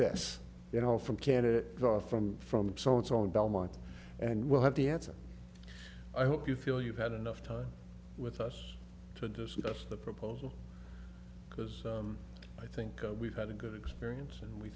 this you know from canada or from from salt on belmont and we'll have the answer i hope you feel you've had enough time with us to discuss the proposal because i think we've had a good experience and we